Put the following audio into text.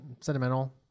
sentimental